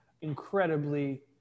incredibly